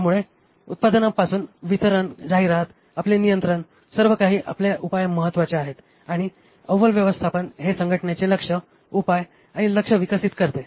त्यामुळे उत्पादनापासून वितरण जाहिरात आपले नियंत्रण सर्व काही आपले उपाय महत्वाचे आहेत आणि अव्वल व्यवस्थापन हे संघटनेचे लक्ष्य उपाय आणि लक्ष्य विकसित करते